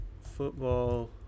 football